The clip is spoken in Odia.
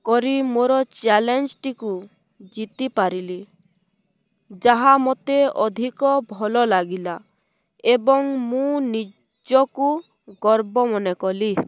କରି ମୋର ଚ୍ୟାଲେଞ୍ଜଟିକୁ ଜିତିପାରିଲି ଯାହା ମୋତେ ଅଧିକ ଭଲ ଲାଗିଲା ଏବଂ ମୁଁ ନିଜକୁ ଗର୍ବ ମନେ କଲି